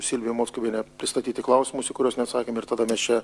silvija moskoviene pristatyti klausimus į kuriuos neatsakėm ir tada mes čia